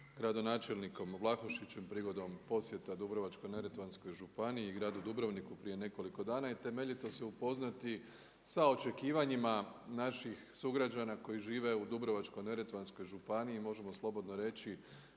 gradonačelnikom Vlahušićem prigodom posjeta Dubrovačko-neretvanskoj županiji i gradu Dubrovniku prije nekoliko dana i temeljito se upoznati sa očekivanjima naših sugrađana koji žive u Dubrovačko-neretvanskoj županiji i možemo slobodno reći